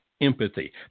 empathy